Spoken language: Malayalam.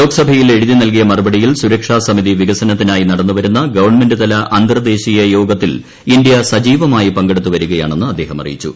ലോക്സഭയിൽ എഴുതി നൽകിയ മറുപടിയിൽ സുരക്ഷാസമിതി വികസനത്തിനായി നടന്നുവരുന്ന ഗവൺമെന്റ് തല അന്തർദ്ദേശീയ യോഗത്തിൽ ഇന്ത്യ സജീവമായി പങ്കെടുത്തുവരികയാണെന്ന് അദ്ദേഹം അറിയിച്ചു